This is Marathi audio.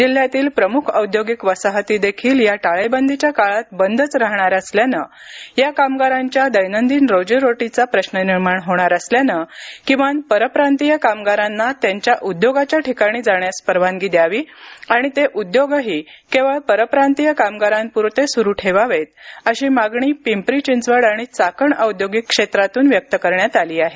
जिल्ह्यातील प्रमुख औद्योगिक वसाहती देखील या टाळेबंदीच्या काळात बंदच राहणार असल्यानं या कामगारांच्या दैनंदिन रोजीरोटीचा प्रश्न निर्माण होणार असल्यानं किमान परप्रांतीय कामगारांना त्यांच्या उद्योगाच्या ठिकाणी जाण्यास परवानगी द्यावी आणि ते उद्योगही केवळ परप्रांतीय कामगारांपुरते सुरू ठेवावेत अशी मागणी पिंपरी चिंचवड आणि चाकण औद्योगिक क्षेत्रातून करण्यात आली आहे